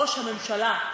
ראש הממשלה,